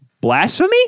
Blasphemy